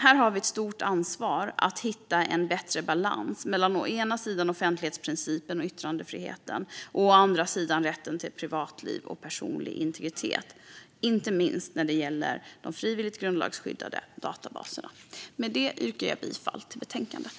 Här har vi ett stort ansvar att hitta en bättre balans mellan å ena sidan offentlighetsprincipen och yttrandefriheten och å andra sidan rätten till privatliv och personlig integritet, inte minst när det gäller de frivilligt grundlagsskyddade databaserna. Med detta yrkar jag bifall till förslaget i betänkandet.